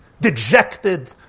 dejected